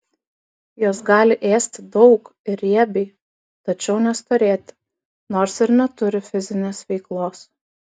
jos gali ėsti daug ir riebiai tačiau nestorėti nors ir neturi fizinės veiklos